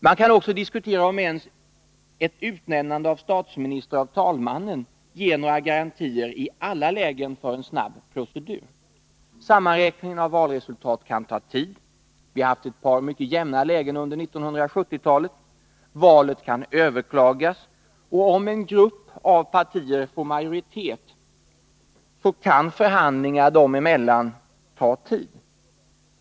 Man kan också diskutera om ens ett utnämnande av statsminister av talmannen ger några garantier i alla lägen för en snabb procedur. Sammanräkningen av ett valresultat kan ta tid — vi har haft ett par jämna lägen under 1970-talet — valet kan överklagas och om en grupp av partier får majoritet kan förhandlingar dem emellan ta tid.